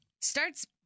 Starts